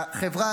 החברה